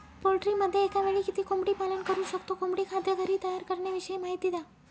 पोल्ट्रीमध्ये एकावेळी किती कोंबडी पालन करु शकतो? कोंबडी खाद्य घरी तयार करण्याविषयी माहिती द्या